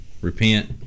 Repent